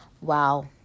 wow